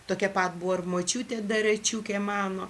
tokia pat buvo ir močiutė daračiukė mano